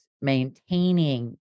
maintaining